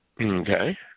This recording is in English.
Okay